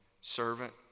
servant